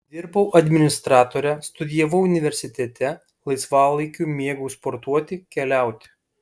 dirbau administratore studijavau universitete laisvalaikiu mėgau sportuoti keliauti